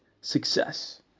success